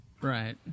Right